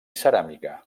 ceràmica